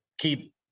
Keep